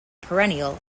perennial